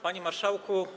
Panie Marszałku!